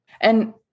And-